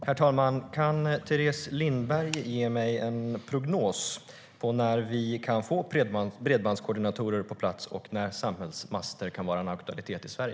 Herr talman! Kan Teres Lindberg ge mig en prognos för när vi kan få bredbandskoordinatorer på plats och när samhällsmaster kan vara en aktualitet i Sverige?